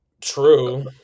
True